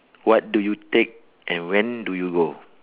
what do you take and when do you go